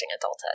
adulthood